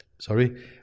sorry